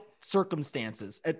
circumstances